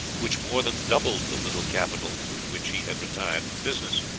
which more than doubled the little capital with which he had retired from business.